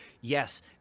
yes